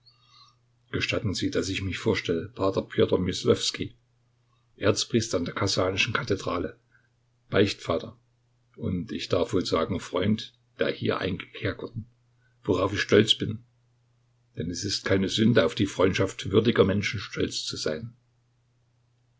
gestatten sie daß ich mich vorstelle p pjotr myslowskij erzpriester an der kasanschen kathedrale beichtvater und ich darf wohl sagen freund der hier eingekerkerten worauf ich stolz bin denn es ist keine sünde auf die freundschaft würdiger menschen stolz zu sein